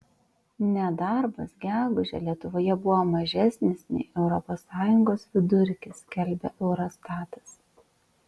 nedarbas gegužę lietuvoje buvo mažesnis nei europos sąjungos vidurkis skelbia eurostatas